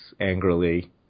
angrily